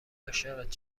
عاشقت